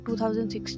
2016